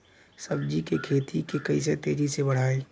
सब्जी के खेती के कइसे तेजी से बढ़ाई?